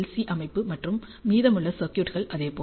C அமைப்பு உள்ளது மற்றும் மீதமுள்ள சர்க்யூட்கள் அதே போல